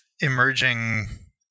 emerging